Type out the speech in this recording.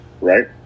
right